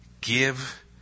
give